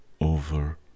over